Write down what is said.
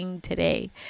today